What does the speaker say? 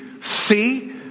see